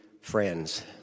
friends